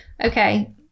Okay